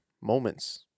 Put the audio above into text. moments